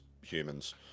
humans